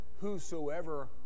whosoever